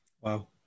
Wow